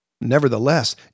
Nevertheless